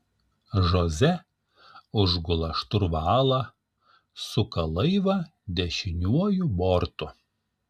žoze užgula šturvalą suka laivą dešiniuoju bortu